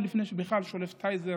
עוד לפני שהוא בכלל שולף טייזר,